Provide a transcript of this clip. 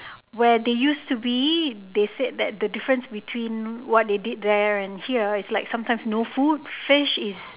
where they used to be they said that the difference between what they did there and here is like sometimes no food fish is